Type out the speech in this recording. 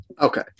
Okay